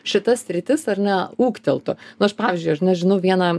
šita sritis ar ne ūgteltų nu aš pavyzdžiui aš net žinau vieną